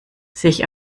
sich